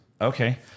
Okay